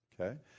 Okay